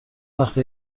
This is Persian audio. وقته